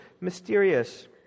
mysterious